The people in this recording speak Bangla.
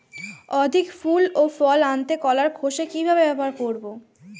অধিক ফুল ও ফল আনতে কলার খোসা কিভাবে ব্যবহার করব?